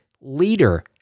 leader